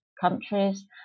countries